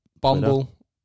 bumble